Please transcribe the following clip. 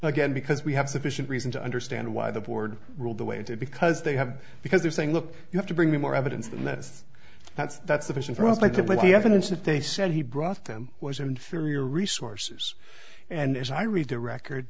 again because we have sufficient reason to understand why the board ruled the way to because they have because they're saying look you have to bring more evidence and that's that's that's the vision for us like that but the evidence that they said he brought them was inferior resources and as i read the record